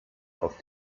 auf